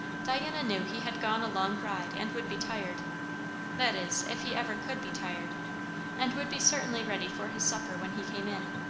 diana knew he had gone a long ride and would be tired that is, if he ever could be tired and would be certainly ready for his supper when he came in.